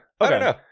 Okay